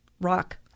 rock